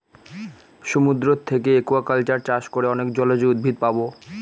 সমুদ্র থাকে একুয়াকালচার চাষ করে অনেক জলজ উদ্ভিদ পাবো